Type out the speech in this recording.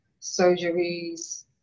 surgeries